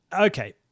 Okay